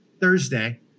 Thursday